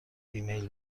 ایمیل